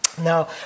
Now